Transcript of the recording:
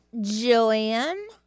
Joanne